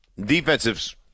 Defensives